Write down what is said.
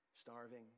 starving